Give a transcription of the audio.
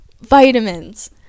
Vitamins